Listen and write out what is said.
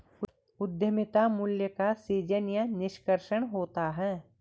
उद्यमिता मूल्य का सीजन या निष्कर्षण होता है